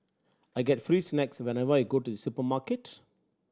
I get free snacks whenever I go to supermarket